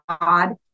God